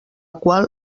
qual